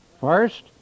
First